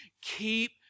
keep